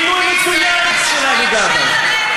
מינוי מצוין של אבי גבאי.